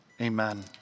Amen